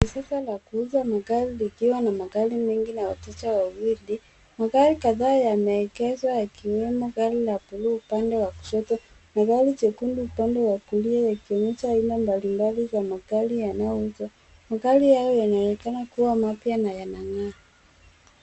Duka la kuuza magari likiwa na magari mengi na wateja wawili. Magari kadhaa yameegezwa yakiwemo gari la buluu upande wa kushoto na gari jekundu upande wa kulia, ikionyesha aina mbalimbali za magari yanayouzwa. Magari hayo yanaonekana kuwa mapya na yanang'aa.